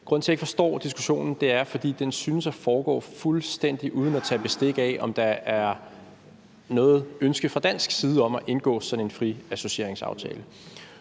Grunden til, at jeg ikke forstår diskussionen, er, at den synes at foregå fuldstændig uden at tage bestik af, om der er noget ønske fra dansk side om at indgå sådan en aftale